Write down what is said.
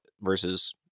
versus